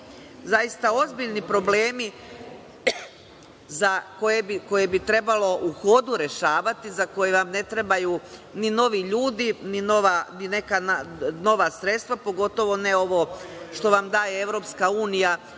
zaista ozbiljni problemi za koje bi trebalo u hodu rešavati, za koje vam ne trebaju ni novi ljudi, ni neka nova sredstva, pogotovo ne ovo što vam daje EU, da bi